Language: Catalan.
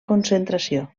concentració